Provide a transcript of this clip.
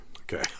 Okay